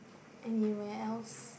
anywhere else